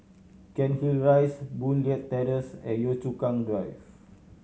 Cairnhill Rise Boon Leat Terrace and Yio Chu Kang Drive